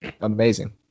amazing